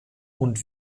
und